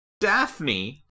Daphne